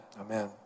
amen